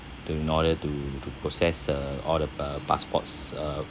to in order to to process uh all the uh passports uh